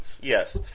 Yes